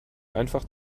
einfach